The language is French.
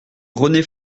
rené